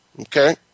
Okay